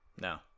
No